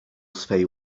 swej